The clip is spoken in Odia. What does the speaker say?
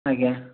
ଆଜ୍ଞା